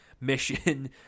mission